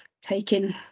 taking